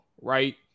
right